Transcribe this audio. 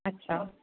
अच्छा